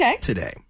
today